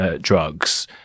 drugs